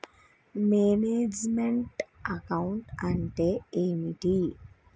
Manage meant account అంటే ఏమిటి?